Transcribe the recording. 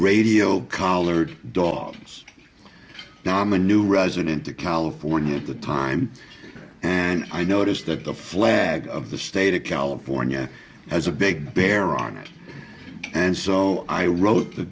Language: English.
radio collared dawgs now i'm a new resident of california at the time and i noticed that the flag of the state of california has a big bear on it and so i wrote the